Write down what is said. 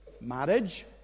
marriage